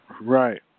Right